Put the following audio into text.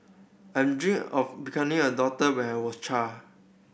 I'm dream of becoming a doctor when I was a child